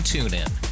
TuneIn